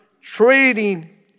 trading